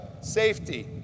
safety